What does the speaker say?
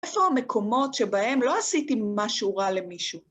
איפה המקומות שבהם לא עשיתי משהו רע למישהו?